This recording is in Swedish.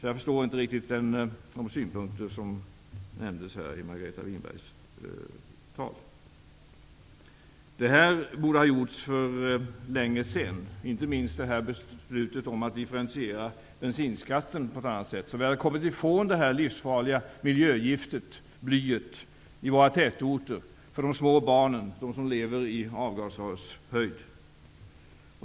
Jag förstår därför inte riktigt de synpunkter som framfördes i Detta borde ha gjorts för länge sedan. Det gäller inte minst beslutet att differentiera bensinskatten på ett annat sätt. Då hade vi kommit ifrån det livsfarliga miljögiftet bly i våra tätorter som drabbar de små barnen, de som lever i avgasrörshöjd.